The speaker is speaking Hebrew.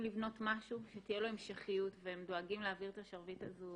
לבנות משהו שתהיה לו המשכיות והם דואגים להעביר את השרביט הזו